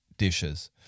dishes